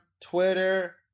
Twitter